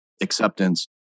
acceptance